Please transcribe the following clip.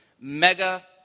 Mega